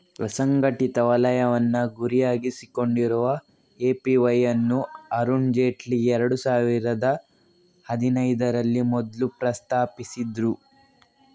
ಅಸಂಘಟಿತ ವಲಯವನ್ನ ಗುರಿಯಾಗಿಸಿಕೊಂಡಿರುವ ಎ.ಪಿ.ವೈ ಅನ್ನು ಅರುಣ್ ಜೇಟ್ಲಿ ಎರಡು ಸಾವಿರದ ಹದಿನೈದರಲ್ಲಿ ಮೊದ್ಲು ಪ್ರಸ್ತಾಪಿಸಿದ್ರು